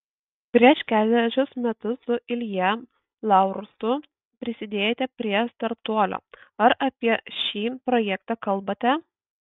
prieš kelerius metus su ilja laursu prisidėjote prie startuolio ar apie šį projektą kalbate